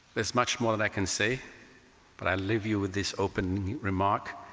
there's much more that i can say but i leave you with this open remark,